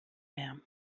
mehr